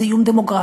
זה איום דמוגרפי,